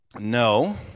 No